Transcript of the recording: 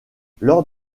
lors